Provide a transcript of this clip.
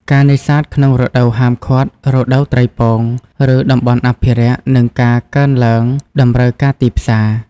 ការនេសាទក្នុងរដូវហាមឃាត់(រដូវត្រីពង) ឬតំបន់អភិរក្ស និងការកើនឡើងតម្រូវការទីផ្សារ។